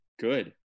good